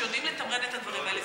שיודעים לתמרן את הדברים האלה.